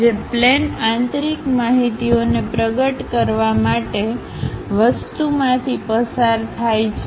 જે પ્લેન આંતરિક માહિતિઓને પ્રગટ કરવા માટે વસ્તુમાંથી પસાર થાય છે